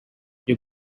you